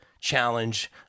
Challenge